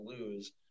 lose